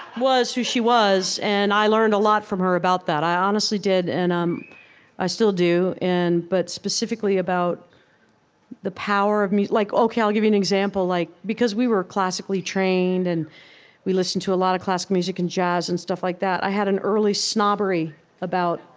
was who she was. and i learned a lot from her about that. i honestly did and um i still do. but specifically about the power of like ok, i'll give you an example. like because we were classically trained, and we listened to a lot of classical music and jazz and stuff like that, i had an early snobbery about,